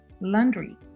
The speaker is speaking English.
laundry